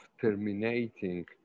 terminating